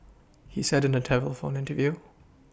he said in a telephone interview